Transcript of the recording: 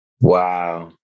wow